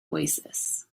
oasis